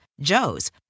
Joe's